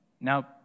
Now